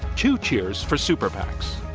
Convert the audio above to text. two cheers for super pacs,